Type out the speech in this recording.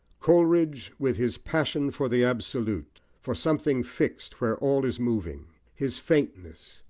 coleridge, with his passion for the absolute, for something fixed where all is moving, his faintness,